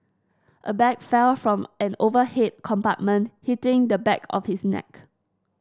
a bag fell from an overhead compartment hitting the back of his neck